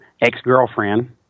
Ex-Girlfriend